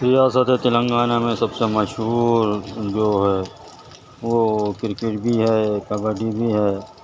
ریاست تلنگانہ میں سب سے مشہور جو ہے وہ کرکٹ بھی کبڈی بھی ہے